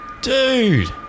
Dude